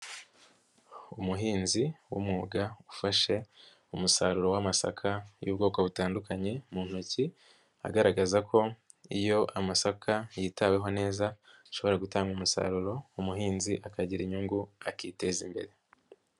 Umuhinzi w'umwuga ufashe umusaruro w'amasaka y'ubwoko butandukanye mu ntoki agaragaza ko iyo amasaka yitaweho neza ashobora gutanga umusaruro umuhinzi akagira inyungu akiteza imbere.